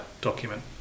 document